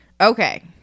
Okay